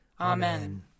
Amen